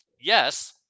yes